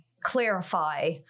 clarify